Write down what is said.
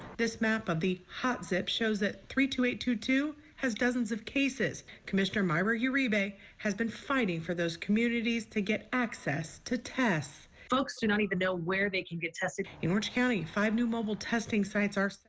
this map of the hot six shows that three to eight to two has dozens of cases commissioner meyer you read a has been fighting for those communities to get access to tess folks who don't even know where they can get tested in orange county five new mobile testing sites, ours.